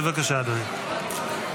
בבקשה, אדוני.